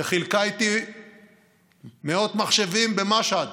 שחילקה איתי מאות מחשבים במשהד?